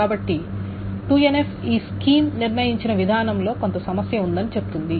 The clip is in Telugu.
కాబట్టి 2NF ఈ స్కీం నిర్ణయించిన విధానంలో కొంత సమస్య ఉందని చెప్తుంది